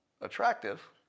attractive